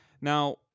Now